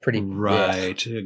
Right